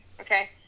okay